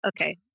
Okay